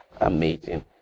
amazing